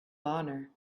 honor